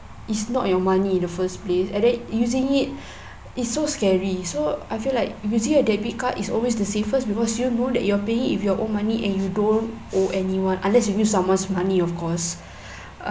it's not your money in the first place and then using it is so scary so I feel like if you see a debit card is always the safest because you know that you're paying with your own money and you don't owe anyone unless you use someone's money of course uh